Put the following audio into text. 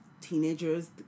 teenagers